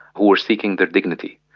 who were seeking their dignity.